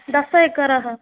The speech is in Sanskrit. दश एकरः